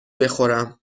بخورم